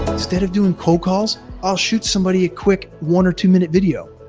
instead of doing cold calls i'll shoot somebody a quick one or two minute video.